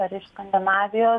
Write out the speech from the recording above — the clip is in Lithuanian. ar iš skandinavijos